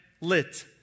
lit